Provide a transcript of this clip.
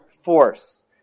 force